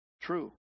true